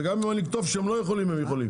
וגם אם לא נכתוב שהם לא יכולים, הם יכולים.